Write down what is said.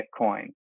Bitcoin